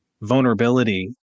vulnerability